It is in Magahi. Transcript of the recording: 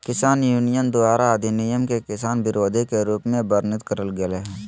किसान यूनियन द्वारा अधिनियम के किसान विरोधी के रूप में वर्णित करल गेल हई